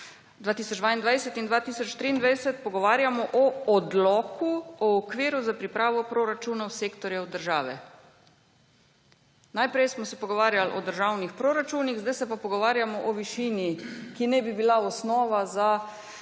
2022 in 2023 pogovarjamo o odloku o okviru za pripravo proračunov sektorja država. Najprej smo se pogovarjali o državnih proračunih, zdaj se pa pogovarjamo o višini, ki naj bi bila osnova za